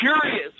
curious